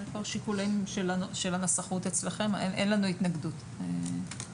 שייקבעו בתקנות להיות מדריך צלילה וקיבל על כך